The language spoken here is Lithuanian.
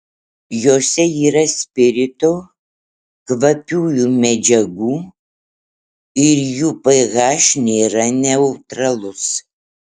jose yra spirito kvapiųjų medžiagų ir jų ph nėra neutralus